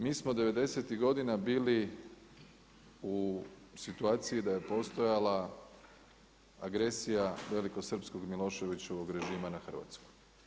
Mi smo '90.-tih godina bili u situaciji da je postojala agresija velikosrpskog Miloševićevog režima na Hrvatsku.